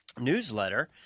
newsletter